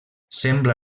sembla